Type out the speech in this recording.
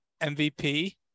MVP